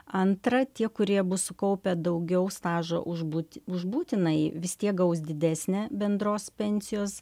antra tie kurie bus sukaupę daugiau stažo už būti už būtinąjį vis tiek gaus didesnę bendros pensijos